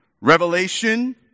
Revelation